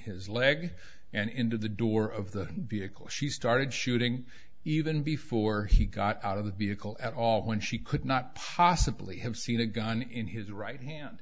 his leg and into the door of the vehicle she started shooting even before he got out of the vehicle at all when she could not possibly have seen a gun in his right hand